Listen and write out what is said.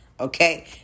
Okay